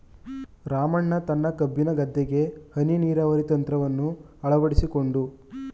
ರಾಮಣ್ಣ ತನ್ನ ಕಬ್ಬಿನ ಗದ್ದೆಗೆ ಹನಿ ನೀರಾವರಿ ತಂತ್ರವನ್ನು ಅಳವಡಿಸಿಕೊಂಡು